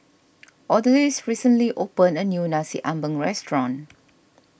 Odalis recently opened a new Nasi Ambeng restaurant